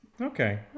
okay